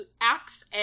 acts